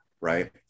right